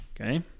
Okay